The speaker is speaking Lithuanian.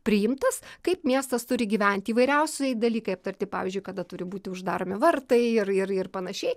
priimtas kaip miestas turi gyventi įvairiausi dalykai aptarti pavyzdžiui kada turi būti uždaromi vartai ir ir ir panašiai